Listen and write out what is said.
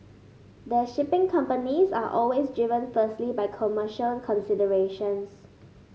the shipping companies are always driven firstly by commercial considerations